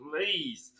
please